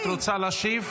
את רוצה להשיב?